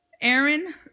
Aaron